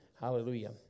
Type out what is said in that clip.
Hallelujah